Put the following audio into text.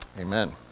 amen